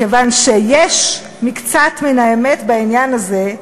מכיוון שיש מקצת מן האמת בעניין הזה,